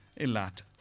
Elat